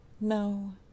No